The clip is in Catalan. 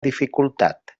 dificultat